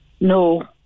No